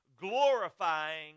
glorifying